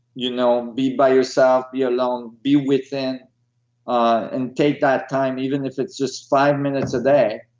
you know be by yourself, be alone, be within and take that time even if it's just five minutes a day.